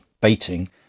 baiting